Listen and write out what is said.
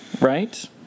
right